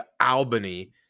Albany